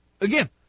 again